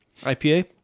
IPA